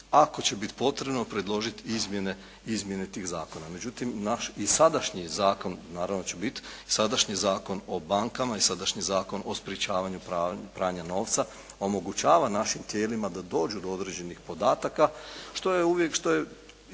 ako će biti potrebno predložiti izmjene tih zakona. Međutim, naš i sadašnji zakon naravno da će biti, sadašnji Zakon o bankama i sadašnji Zakon o sprječavanju pranja novca omogućava našim tijelima da dođu do određenih podataka što je ponekad i